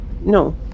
No